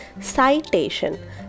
Citation